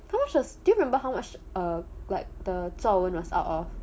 do you remember how much err like the 作文 was out of